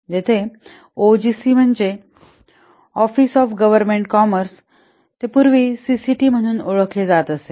जिथे ओजीसी म्हणजे office of government commerce आहे ते पूर्वी सीसीटी म्हणून ओळखले जात असे